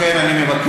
לכן אני מבקש,